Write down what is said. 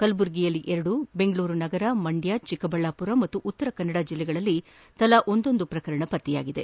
ಕಲಬುರಗಿಯಲ್ಲಿ ಎರಡು ಬೆಂಗಳೂರು ನಗರ ಮಂಡ್ದ ಚಿಕ್ಕಬಳ್ಣಾಪುರ ಹಾಗೂ ಉತ್ತರ ಕನ್ನಡ ಜಿಲ್ಲೆಯಲ್ಲಿ ತಲಾ ಒಂದೊಂದು ಪ್ರಕರಣಗಳು ಪತ್ತೆಯಾಗಿವೆ